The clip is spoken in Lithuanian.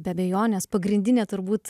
be abejonės pagrindinė turbūt